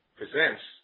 presents